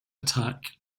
attack